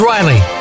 Riley